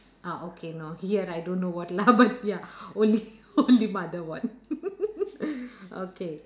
ah okay here I don't know what lah but ya only only mother one okay